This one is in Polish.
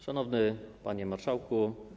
Szanowny Panie Marszałku!